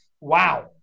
wow